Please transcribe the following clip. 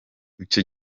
icyo